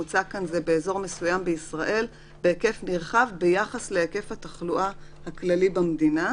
באזור מסוים בישראל בהיקף נרחב ביחס להיקף התחלואה הכללי במדינה,